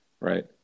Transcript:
right